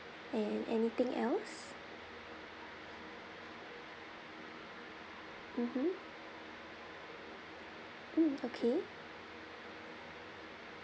and anything else mmhmm mm okay